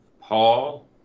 Paul